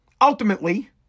ultimately